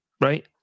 right